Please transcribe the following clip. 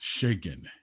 shaken